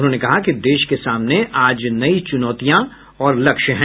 उन्होंने कहा कि देश के सामने आज नई चुनौतियां और लक्ष्य हैं